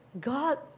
God